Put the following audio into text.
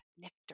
nectar